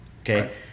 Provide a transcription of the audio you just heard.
Okay